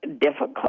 difficult